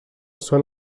són